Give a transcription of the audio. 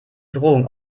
drohung